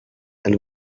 and